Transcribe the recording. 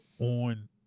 on